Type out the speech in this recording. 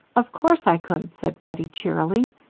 of course i could, said bettie, cheerily.